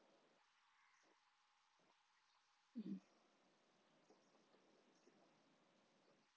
mmhmm